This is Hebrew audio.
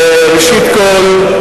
ראשית כול,